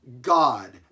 God